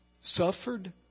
suffered